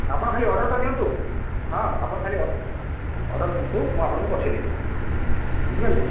ଆପଣ ଖାଲି ଅର୍ଡରଟା ଦିଅନ୍ତୁ ହଁ ଆପଣ ଖାଲି ଅର୍ଡର ଦିଅନ୍ତୁ ମୁଁ ଆପଣଙ୍କୁ ପଠେଇ ଦେବି ବୁଝିପାରିଲେ